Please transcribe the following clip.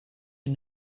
you